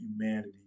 humanity